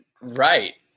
Right